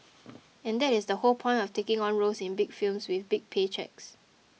and that is the whole point of taking on roles in big films with big pay cheques